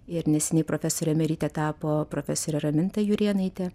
ir neseniai profesore emerite tapo profesorė raminta jurėnaitė